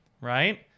Right